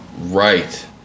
Right